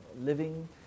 living